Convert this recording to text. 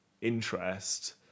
interest